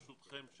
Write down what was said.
ברשותכם,